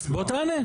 אז בוא תענה.